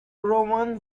roman